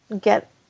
get